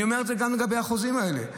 אני אומר את זה גם לגבי החוזים האלה.